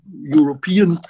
European